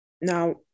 Now